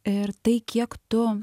ir tai kiek tu